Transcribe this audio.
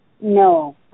No